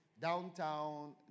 Downtown